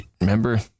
remember